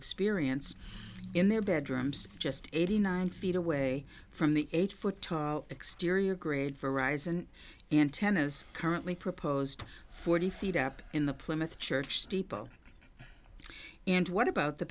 experience in their bedrooms just eighty nine feet away from the eight foot tall exterior grid for rise and antennas currently proposed forty feet up in the plymouth church steeple and what about the